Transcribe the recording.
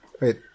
wait